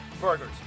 burgers